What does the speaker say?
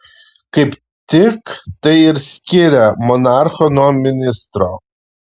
kaip tik tai ir skiria monarchą nuo ministro